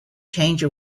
change